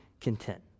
content